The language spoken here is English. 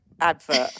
advert